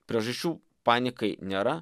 priežasčių panikai nėra